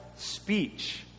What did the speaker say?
Speech